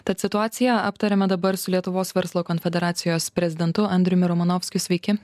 tad situaciją aptariame dabar su lietuvos verslo konfederacijos prezidentu andriumi romanovskiu sveiki